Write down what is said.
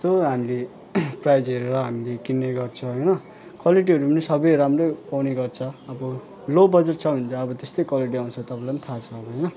यस्तो हामीले प्राइज हेरेर हामीले किन्ने गर्छौँ होइन क्वालिटीहरू पनि सबै राम्रो पाउने गर्छ अब लो बजेट छ भने चाहिँ अब त्यस्तै क्वालिटी आउँछ तपाईँलाई पनि थाहा छ होइन